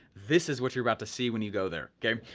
this is what you're about to see when you go there, okay?